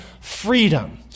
freedom